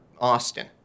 Austin